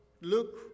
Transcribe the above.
look